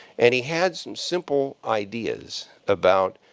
and he had some simple ideas about